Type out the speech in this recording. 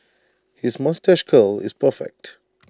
his moustache curl is perfect